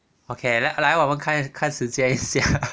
okay 来来我们看看时间一下